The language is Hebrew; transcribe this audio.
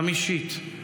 חמישית,